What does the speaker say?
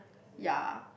ya